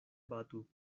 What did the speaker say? batu